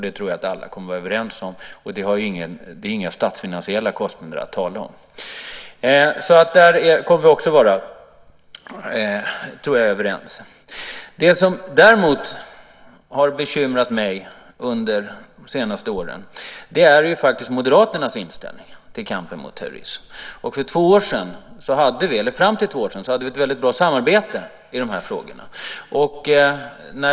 Det tror jag att alla är överens om, särskilt som det inte rör sig om några statsfinansiella pengar att tala om. Det som däremot har bekymrat mig under de senaste åren är faktiskt Moderaternas inställning i kampen mot terrorism. Fram till för två år sedan hade vi ett väldigt gott samarbete i dessa frågor.